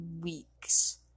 weeks